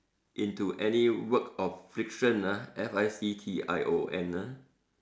into any work of fiction F I C T I O N ah